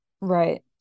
Right